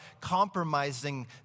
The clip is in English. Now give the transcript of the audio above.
compromising